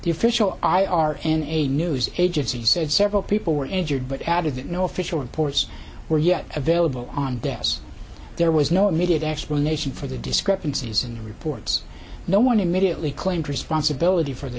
the official i are in a news agency said several people were injured but added that no official reports were yet available on deaths there was no immediate explanation for the discrepancies in the reports no one immediately claimed responsibility for the